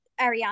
Ariana